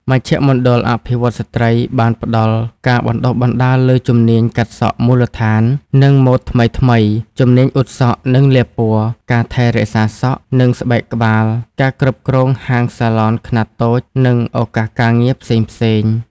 មជ្ឈមណ្ឌលអភិវឌ្ឍន៍ស្ត្រី បានផ្តល់ការបណ្តុះបណ្តាលលើ ជំនាញកាត់សក់មូលដ្ឋាន និងម៉ូដថ្មីៗ ជំនាញអ៊ុតសក់ និងលាបពណ៌ ការថែរក្សាសក់ និងស្បែកក្បាល ការគ្រប់គ្រងហាងសាឡនខ្នាតតូច និងឱកាសការងារផ្សេងៗ។